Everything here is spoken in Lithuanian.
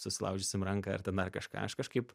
susilaužysim ranką ar ten dar kažką aš kažkaip